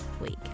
week